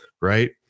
right